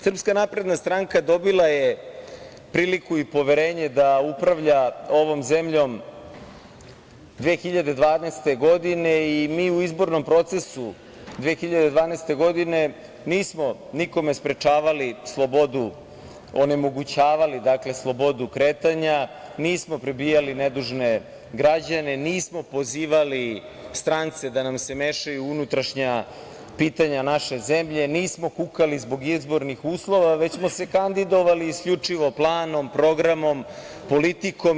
Srpska napredna stranka dobila je priliku i poverenje da upravlja ovom zemljom 2012. godine i mi u izbornom procesu 2012. godine nismo nikome onemogućavali slobodu kretanja, nismo prebijali nedužne građane, nismo pozivali strance da nam se mešaju u unutrašnja pitanja naše zemlje, nismo kukali zbog izbornih uslova, već smo se kandidovali isključivo planom, programom, politikom.